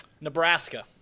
Nebraska